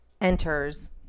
enters